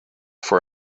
for